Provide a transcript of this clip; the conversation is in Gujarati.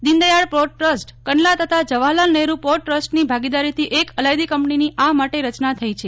દીનદયાળ પોર્ટ ટ્રસ્ટ કંડલા તથા જવાફરલાલ નેફરુ પોર્ટ ટ્રસ્ટની ભાગીદારીથી એક અલાયદી કંપનીની આ માટે રચના થઈ છે